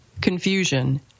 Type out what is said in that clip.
confusion